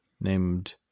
named